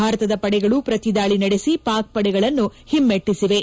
ಭಾರತದ ಪಡೆಗಳು ಪ್ರತಿದಾಳಿ ನಡೆಸಿ ಪಾಕ್ ಪಡೆಗಳನ್ನು ಹಿಮ್ಮೆಟ್ಟಿವೆ